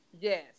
Yes